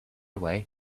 away